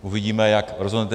Uvidíme, jak rozhodnete.